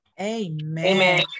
Amen